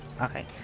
Okay